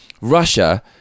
Russia